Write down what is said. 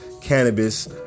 cannabis